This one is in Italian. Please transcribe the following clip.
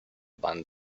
van